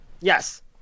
Yes